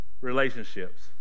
relationships